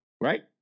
Right